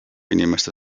inimeste